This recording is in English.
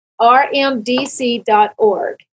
rmdc.org